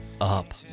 up